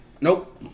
Nope